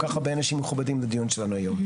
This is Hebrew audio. כך הרבה אנשים מכובדים לדיון שלנו היום.